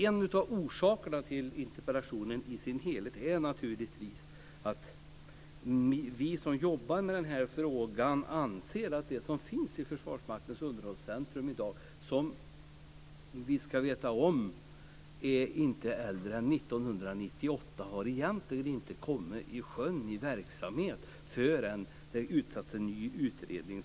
En av orsakerna till interpellationen i dess helhet är naturligtvis att vi som jobbar med denna fråga anser att det som finns i Försvarsmaktens underhållscentrum i dag - och som vi ska veta om inte är äldre än från 1998 - egentligen inte har kommit i sjön och i verksamhet förrän det tillsätts en ny utredning.